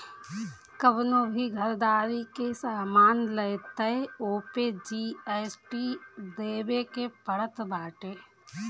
कवनो भी घरदारी के सामान लअ तअ ओपे जी.एस.टी देवे के पड़त बाटे